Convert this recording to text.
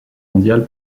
mondial